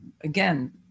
again